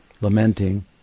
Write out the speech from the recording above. lamenting